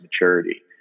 maturity